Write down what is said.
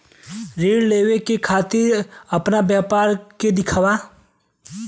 ऋण लेवे के खातिर अपना व्यापार के दिखावा?